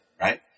right